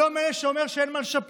יש, אני לא מאלה שאומרים שאין מה לשפר.